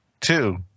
two